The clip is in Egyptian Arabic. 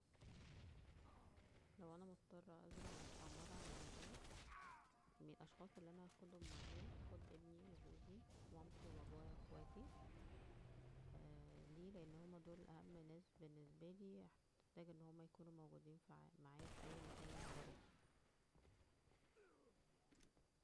لو انا مضطرة ازرع مستعمرة على المريخ, مين الاشخاص اللى انا هاخدهم معايا هاخد:ابنى وجوزى ومامتى وبابايا واخواتى, اه ليه لان هما دول اهم ناس بالنسبالى احتاج ان هما يكونوا موجودين معايا فى اى مكان بروحه